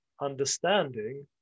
understanding